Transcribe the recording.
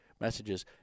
Messages